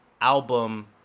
album